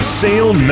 sale